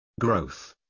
Growth